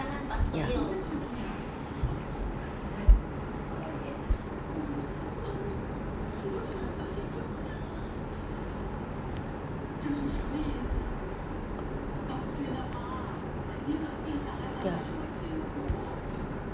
ya ya